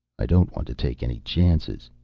i don't want to take any chances.